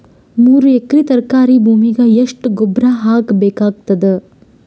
ಮೂರು ಎಕರಿ ತರಕಾರಿ ಭೂಮಿಗ ಎಷ್ಟ ಗೊಬ್ಬರ ಹಾಕ್ ಬೇಕಾಗತದ?